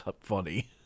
funny